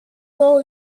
will